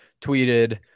tweeted